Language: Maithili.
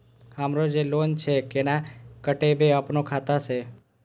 हमरो जे लोन छे केना कटेबे अपनो खाता से?